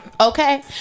okay